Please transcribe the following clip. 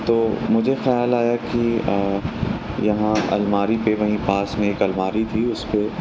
تو مجھے خیال آیا کہ یہاں الماری پہ وہیں پاس میں ایک الماری تھی اُس پہ